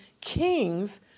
kings